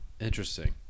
Interesting